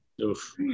Oof